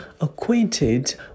acquainted